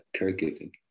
caregiving